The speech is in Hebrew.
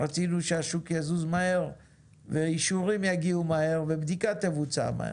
רצינו שהשוק יזוז מהר ואישורים יגיעו מהר ובדיקת המוצר מהר.